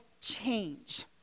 change